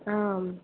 आम्